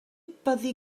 byddi